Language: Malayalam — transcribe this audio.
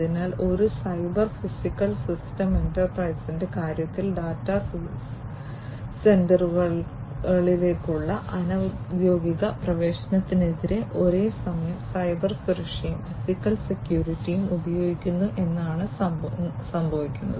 അതിനാൽ ഒരു സൈബർ ഫിസിക്കൽ സിസ്റ്റം എന്റർപ്രൈസസിന്റെ കാര്യത്തിൽ ഡാറ്റാ സെന്ററുകളിലേക്കുള്ള അനൌദ്യോഗിക പ്രവേശനത്തിനെതിരെ ഒരേസമയം സൈബർ സുരക്ഷയും ഫിസിക്കൽ സെക്യൂരിറ്റിയും ഉപയോഗിക്കുന്നു എന്നതാണ് സംഭവിക്കുന്നത്